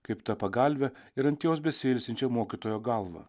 kaip ta pagalve ir ant jos besiilsinčia mokytojo galva